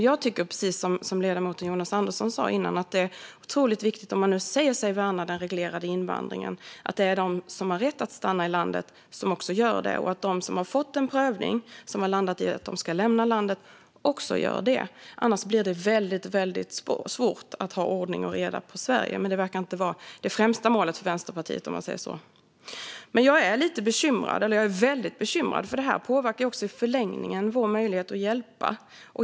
Jag tycker, precis som ledamoten Jonas Andersson i Skellefteå sa innan, att det är otroligt viktigt om man nu säger sig värna den reglerade invandringen att det är de som har rätt att stanna i landet som också gör det. De som har fått en prövning som landat i att de ska lämna landet ska också göra det. Annars blir det väldigt svårt att ha ordning och reda på Sverige. Men det verkar inte vara det främsta målet för Vänsterpartiet. Jag är väldigt bekymrad. Detta påverkar i förlängningen också vår möjlighet att hjälpa.